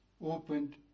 opened